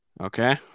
Okay